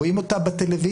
רואים אותה בטלוויזיה,